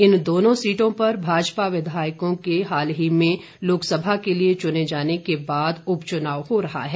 इन दोनों सीटों पर भाजपा विधायकों के हाल ही में लोकसभा के लिए चुने जाने के बाद उपचुनाव हो रहा है